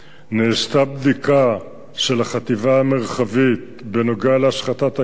נעשתה בדיקה של החטיבה המרחבית בנוגע להשחתת הקבר,